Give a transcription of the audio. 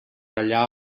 allà